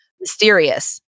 mysterious